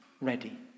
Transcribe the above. ready